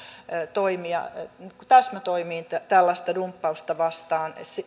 täsmätoimiin tällaista dumppausta vastaan